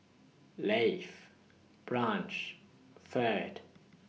Lafe Branch Ferd